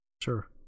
sure